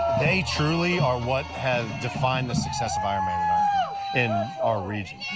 they truly are what have defined the success of ironman in our region.